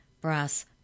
brass